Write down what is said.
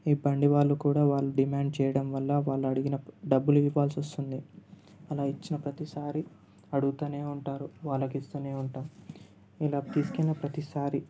ఈ బండి వాళ్ళు కూడా వాళ్ళు డిమాండ్ చేయడం వల్ల వాళ్ళు అడిగిన డబ్బులు ఇవ్వాల్సి వస్తుంది అలా ఇచ్చిన ప్రతీసారి అడుగుతూనే ఉంటారు వాళ్ళకి ఇస్తూనే ఉంటాము ఇలా తీసుకెళ్ళిన ప్రతీసారి